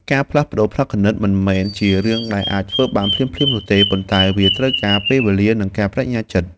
ការផ្លាស់ប្តូរផ្នត់គំនិតមិនមែនជារឿងដែលអាចធ្វើបានភ្លាមៗនោះទេ ប៉ុន្តែវាត្រូវការពេលវេលានិងការប្តេជ្ញាចិត្ត។